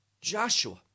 Joshua